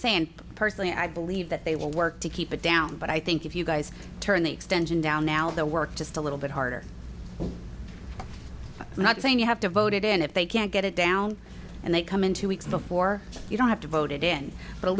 saying personally i believe that they will work to keep it down but i think if you guys turn the extension down now the work just a little bit harder and i'm saying you have to vote it in if they can't get it down and they come in two weeks before you don't have to voted in